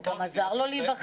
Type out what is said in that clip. הוא גם עזר לו להיבחר.